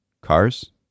cars